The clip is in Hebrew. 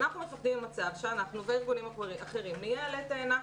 אנחנו מפחדים ממצב שאנחנו וארגונים אחרים נהיה עלה תאנה.